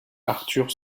arthur